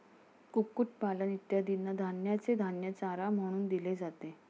कुक्कुटपालन इत्यादींना धान्याचे धान्य चारा म्हणून दिले जाते